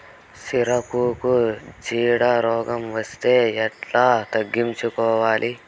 సిరాకుకు చీడ రోగం వస్తే ఎట్లా తగ్గించుకోవాలి?